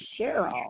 cheryl